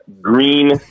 green